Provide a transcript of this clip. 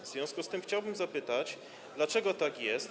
W związku z tym chciałbym zapytać, dlaczego tak jest.